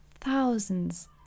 thousands